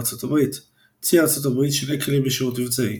ארצות הברית ארצות הברית – צי ארצות הברית – 2 כלים בשירות מבצעי.